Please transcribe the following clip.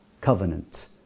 covenant